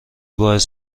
باعث